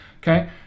Okay